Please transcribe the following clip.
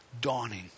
dawning